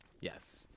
Yes